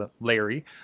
Larry